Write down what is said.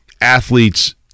athletes